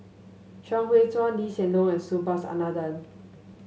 Chuang Hui Tsuan Lee Hsien Loong and Subhas Anandan